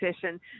session